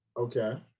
Okay